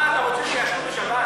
מה, אתה רוצה שיעשנו בשבת?